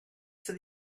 for